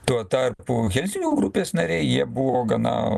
tuo tarpu helsinkio grupės nariai jie buvo gana